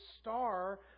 star